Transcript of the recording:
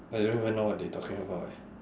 I don't even know what they talking about eh